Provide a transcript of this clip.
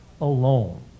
alone